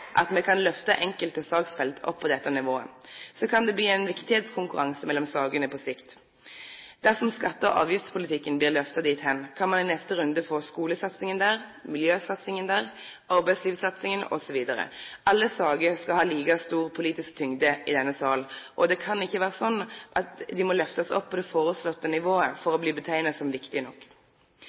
at vi kan «løfte» enkelte saksfelt opp på dette nivået, kan det bli en viktighetskonkurranse mellom sakene på sikt. Dersom skatte- og avgiftspolitikken blir løftet dit hen, kan man i neste runde få skolesatsingen der, miljøsatsingen, arbeidslivssatsingen osv. Alle saker skal ha like stor politisk tyngde i denne salen, og det kan ikke være slik at de må løftes opp på det foreslåtte nivået for å bli betegnet som viktige nok.